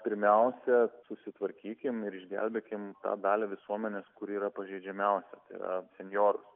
pirmiausia susitvarkykim ir išgelbėkim tą dalį visuomenės kuri yra pažeidžiamiausia tai yra senjorus